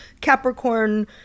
capricorn